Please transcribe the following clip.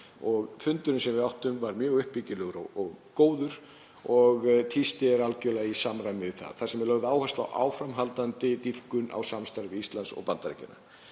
Fundurinn sem við áttum var mjög uppbyggilegur og góður og tístið er algerlega í samræmi við það. Þar er lögð áhersla á áframhaldandi dýpkun á samstarfi Íslands og Bandaríkjanna.